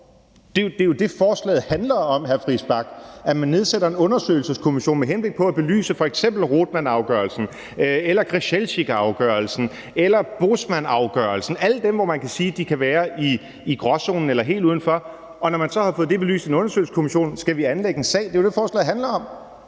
Det er jo det, forslaget handler om, hr. Christian Friis Bach: at man nedsætter en undersøgelseskommission med henblik på at belyse f.eks. Rottmannafgørelsen eller Grzelczykafgørelsen eller Bosmanafgørelsen – alle de sager, som man kan sige kan være i gråzonen eller helt uden for. Og når man så har fået det belyst i en undersøgelseskommission, skal vi anlægge en sag. Det er jo det, forslaget handler om.